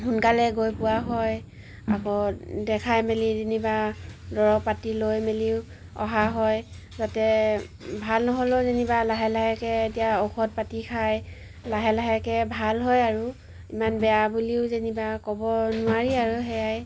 সোনকালে গৈ পোৱা হয় আকৌ দেখাই মেলি যেনিবা দৰৱ পাতি লৈ মেলিও অহা হয় যাতে ভাল নহ'লেও যেনিবা লাহে লাহেকৈ এতিয়া ঔষধ পাতি খায় লাহে লাহেকৈ ভাল হয় আৰু ইমান বেয়া বুলিও যেনিবা ক'ব নোৱাৰি আৰু সেয়াই